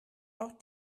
auch